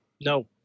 No